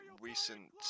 recent